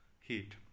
heat